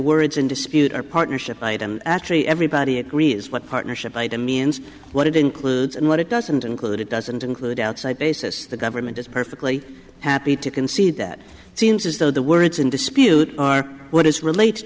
words in dispute our partnership actually everybody agrees what partnership item means what it includes and what it doesn't include it doesn't include outside basis the government is perfectly happy to concede that it seems as though the words in dispute are what is related